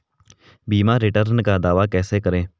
बीमा रिटर्न का दावा कैसे करें?